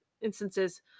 instances